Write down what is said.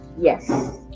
Yes